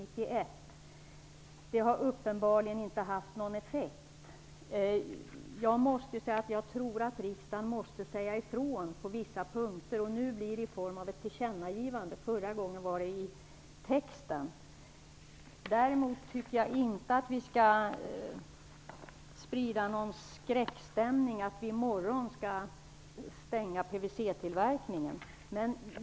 Det har uppenbarligen inte haft någon effekt. Jag måste säga att jag tror att riksdagen måste säga ifrån på vissa punkter. Nu blir det i form av ett tillkännagivande. Förra gången var det i texten. Däremot tycker jag inte att vi skall sprida någon skräckstämning av att vi i morgon skall stänga PVC tillverkningen.